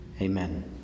Amen